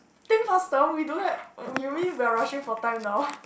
think faster we don't have we we we are rushing for time now